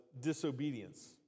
disobedience